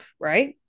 right